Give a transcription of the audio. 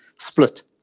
split